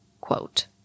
Quote